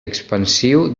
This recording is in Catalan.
expansiu